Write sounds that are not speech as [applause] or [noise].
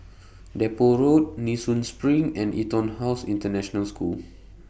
Depot Road Nee Soon SPRING and Etonhouse International School [noise]